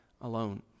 alone